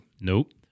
nope